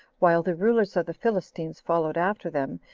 while the rulers of the philistines followed after them,